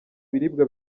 biribwa